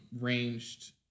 ranged